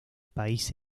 país